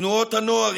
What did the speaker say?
תנועות הנוער,